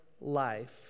life